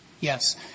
Yes